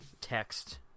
text